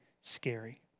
scary